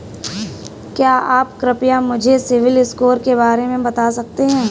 क्या आप कृपया मुझे सिबिल स्कोर के बारे में बता सकते हैं?